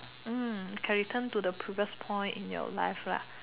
can return to a previous point in your life lah